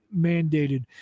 mandated